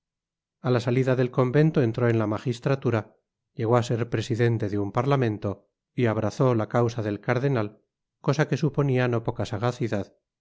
a la salida del convento entró en la magistratura llegó á ser presidente de un parlamento y abrasó la causa del cardenal cosa que suponia no poca sagacidad